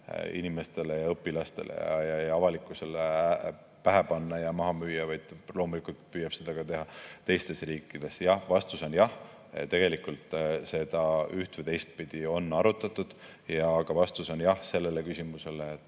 inimestele ja õpilastele ja avalikkusele pähe panna ja maha müüa, vaid loomulikult püüab seda ka teha teistes riikides. Vastus on jah, tegelikult seda üht‑ või teistpidi on arutatud, ja vastus on jah ka sellele küsimusele, et